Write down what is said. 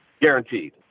guaranteed